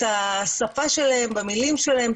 את השפה שלהם במילים שלהם,